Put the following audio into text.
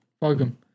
Welcome